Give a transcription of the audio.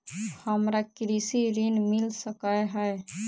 हमरा कृषि ऋण मिल सकै है?